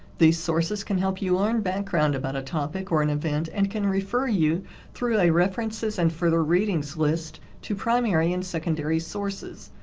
these sources can help you learn background about a topic or an event and can refer you through a references and further readings list to primary and secondary sources,